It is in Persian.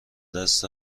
دست